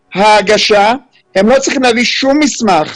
ההגשה הם לא צריכים להביא שום מסמך,